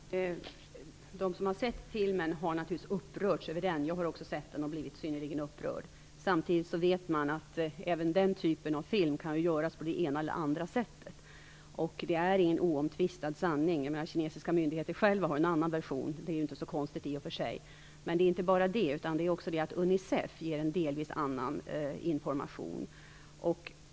Fru talman! De som har sett filmen har naturligtvis upprörts över den. Jag har också sett den och blivit synnerligen upprörd. Samtidigt vet man att även den typen av film kan göras på det ena eller andra sättet. Det är ingen oomtvistad sanning. Kinesiska myndigheter har själva en annan version, vilket inte är så konstigt i och för sig. Men det är inte bara det. Unicef ger också en delvis annan information.